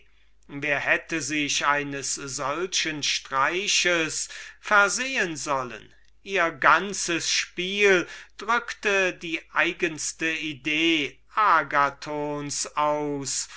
wer hätte es glauben sollen ihr ganzes spiel drückte die eigenste idee des agathon aus